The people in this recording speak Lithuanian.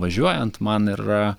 važiuojant man yra